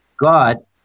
God